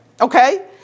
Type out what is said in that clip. Okay